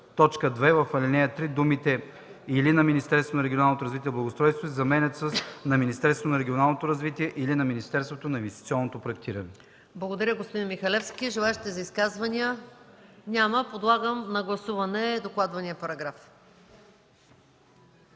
2. В ал. 3 думите „или на Министерството на регионалното развитие и благоустройството“ се заменят с „на Министерството на регионалното развитие или на Министерството на инвестиционното проектиране”. ПРЕДСЕДАТЕЛ МАЯ МАНОЛОВА: Благодаря, господин Михалевски. Желаещи за изказвания? Няма. Предлагам да гласуваме докладвания параграф.